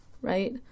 right